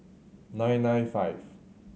nine nine five